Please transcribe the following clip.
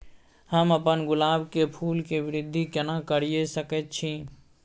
हम अपन गुलाब के फूल के वृद्धि केना करिये सकेत छी?